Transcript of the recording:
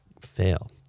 fail